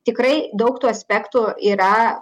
tikrai daug tų aspektų yra